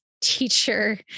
teacher